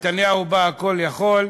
נתניהו הוא בה הכול-יכול: